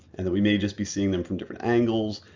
and that we may just be seeing them from different angles,